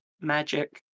magic